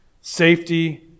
safety